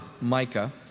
Micah